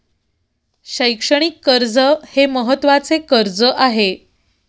शैक्षणिक कर्ज हे महत्त्वाचे कर्ज आहे